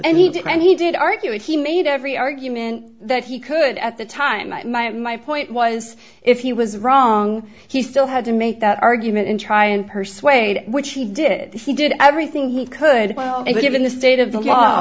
and he did and he did argue and he made every argument that he could at the time that my and my point was if he was wrong he still had to make that argument and try and persuade which he did he did everything he could well if given the state of the law